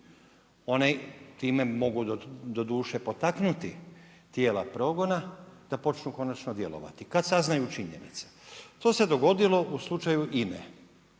One time mogu doduše potaknuti tijela progona, da počnu konačno djelovati, kad saznaju činjenice. To se dogodilo u slučaju INA-e.